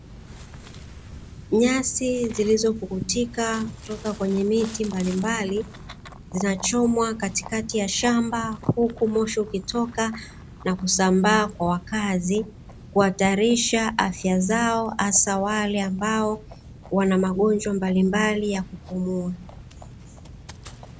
Nyasi zilizopukutika toka kwenye miti mbalimbali, zinachomwa katikati ya shamba huku moshi ukitoka na kusambaa kwa wakazi, kuhatarisha afya zao, hasa wale ambao wana magonjwa mbalimbali ya kupumua.